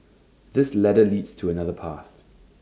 this ladder leads to another path